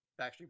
Backstreet